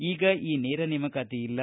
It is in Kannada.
ಈಗ ಈ ನೇರ ನೇಮಕಾತಿ ಇಲ್ಲ